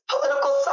political